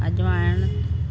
अजवाइण